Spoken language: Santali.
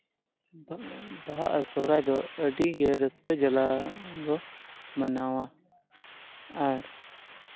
ᱵᱟᱦᱟ ᱟᱨ ᱥᱚᱦᱚᱨᱟᱭ ᱫᱚ ᱟᱹᱰᱤ ᱜᱮ ᱨᱟᱹᱥᱠᱟᱹ ᱡᱟᱞᱟ ᱵᱚ ᱢᱟᱱᱟᱣᱟ ᱟᱨ